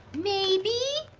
maybe?